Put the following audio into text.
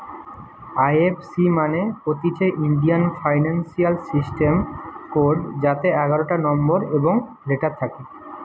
এই F C মানে হতিছে ইন্ডিয়ান ফিনান্সিয়াল সিস্টেম কোড যাতে এগারটা নম্বর এবং লেটার থাকে